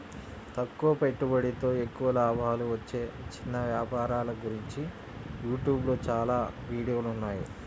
తక్కువ పెట్టుబడితో ఎక్కువ లాభాలు వచ్చే చిన్న వ్యాపారాల గురించి యూట్యూబ్ లో చాలా వీడియోలున్నాయి